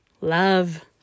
love